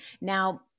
Now